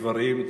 איברים,